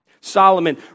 Solomon